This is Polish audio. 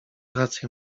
rację